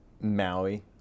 Maui